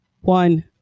One